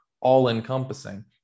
all-encompassing